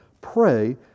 Pray